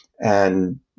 And-